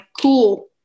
cool